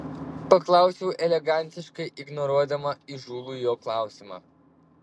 paklausiau elegantiškai ignoruodama įžūlų jo klausimą